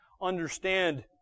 understand